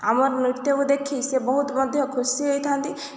ଆମ ନୃତ୍ୟକୁ ଦେଖି ସେ ବହୁତ୍ ମଧ୍ୟ ଖୁସି ହୋଇଥାନ୍ତି ଯେଉଁଥିରେ